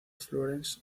florence